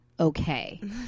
okay